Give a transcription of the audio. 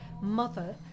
mother